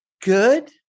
good